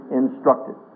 instructed